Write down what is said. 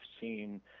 seen